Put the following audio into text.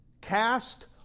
Cast